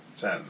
ten